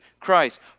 Christ